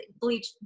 bleach